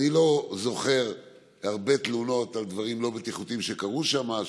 אני לא זוכר הרבה תלונות על דברים לא בטיחותיים שקרו שם,